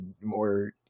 more